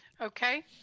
Okay